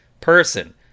person